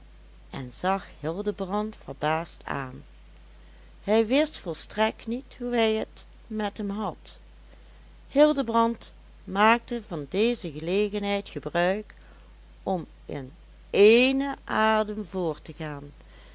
en zag hildebrand verbaasd aan hij wist volstrekt niet hoe hij het met hem had hildebrand maakte van deze gelegenheid gebruik om in éénen adem voort te gaan